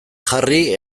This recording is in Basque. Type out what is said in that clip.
jarri